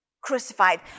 crucified